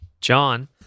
John